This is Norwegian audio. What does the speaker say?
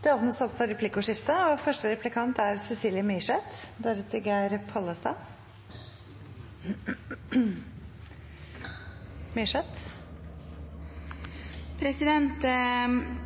Det blir replikkordskifte. Vi hadde en debatt her i salen for ikke så lenge siden som handlet om lov og